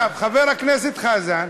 חבר הכנסת חזן,